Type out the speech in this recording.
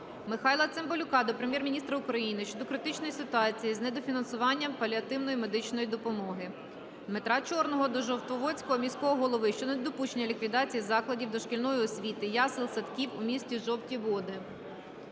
Михайла Цимбалюка до Прем'єр-міністра України щодо критичної ситуації з недофінансуванням паліативної медичної допомоги. Дмитра Чорного до Жовтоводського міського голови щодо недопущення ліквідації закладів дошкільної освіти (ясел-садків) у місті Жовті Води.